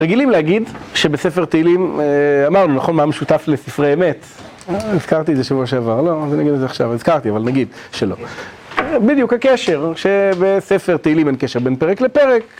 רגילים להגיד שבספר תהילים, אמרנו, נכון, מה משותף לספרי אמת? הזכרתי את זה שבוע שעבר, לא, אז אני נגיד את זה עכשיו, הזכרתי, אבל נגיד שלא. בדיוק, הקשר, שבספר תהילים אין קשר בין פרק לפרק.